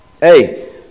Hey